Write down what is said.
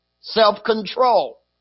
self-control